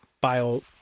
Bio